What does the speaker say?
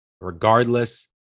regardless